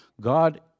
God